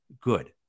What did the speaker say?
good